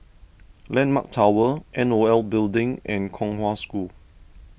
Landmark Tower N O L Building and Kong Hwa School